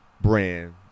brand